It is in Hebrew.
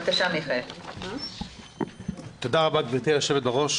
תודה רבה גבירתי היו"ר.